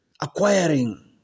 Acquiring